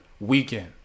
weekend